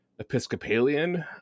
episcopalian